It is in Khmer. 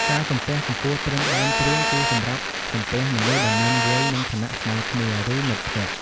ការសំពះកម្ពស់ត្រឹមដើមទ្រូង គឺសម្រាប់សំពះមនុស្សដែលមានវ័យ និងឋានៈស្មើគ្នា ឬមិត្តភក្តិ។